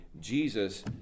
Jesus